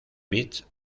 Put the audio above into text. bits